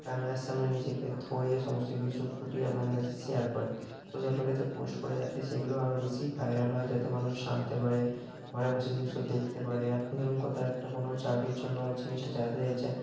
ক্যামরার সামনে নিজেকে ধরে সমস্ত কিছু ফুটিয়ে আপনাদের কাছে শেয়ার করে সোশাল মিডিয়াতে পোস্ট করে যাতে সেইগুলো আরও বেশি ভাইরাল হয় যাতে মানুষ জানতে পারে ঘরে বসে সেই জিনিসটা দেখতে পারে আপনি যেমন কোথায় একটা কোনো চাকরির জন্য জিনিসটা চাইতে যাচ্ছেন